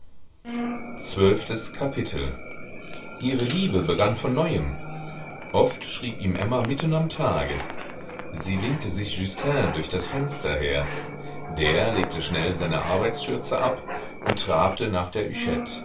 zwölftes kapitel ihre liebe begann von neuem oft schrieb ihm emma mitten am tage sie winkte sich justin durch das fenster her der legte schnell seine arbeitsschürze ab und trabte nach der